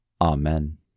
Amen